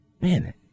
man